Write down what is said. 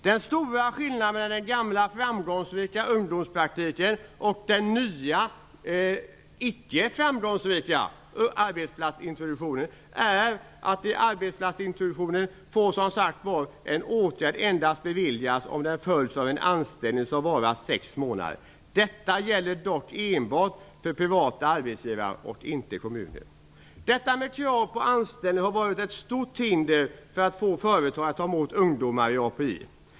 Den stora skillnaden mellan den gamla framgångsrika ungdomspraktiken och den nya icke framgångsrika arbetsplatsintroduktionen är att när det gäller arbetsplatsintroduktionen får en åtgärd som sagt var endast beviljas om den följs av en anställning som varar i sex månader. Detta gäller dock enbart för privata arbetsgivare och inte för kommuner. Kravet på anställning har varit ett stort hinder för att få företag att ta emot ungdomar i API.